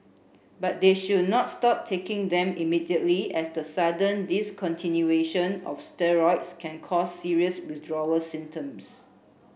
but they should not stop taking them immediately as the sudden discontinuation of steroids can cause serious withdrawal symptoms